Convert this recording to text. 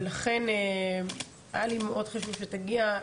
ולכן היה לי מאוד חשוב שתגיע,